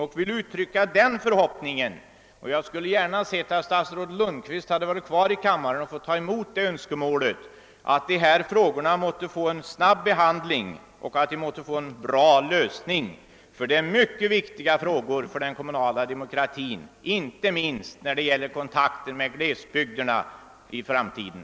Låt mig emellertid uttrycka förhoppningen — och jag skulle gärna ha sett att statsrådet Lundkvist varit kvar i kammaren och fått ta emot önskemålet — att dessa frågor måtte få en snabb behandling och en bra lösning. Det är nämligen mycket viktiga frågor för den kommunala demokratin, inte minst när det gäller kontakten med glesbygderna i framtiden.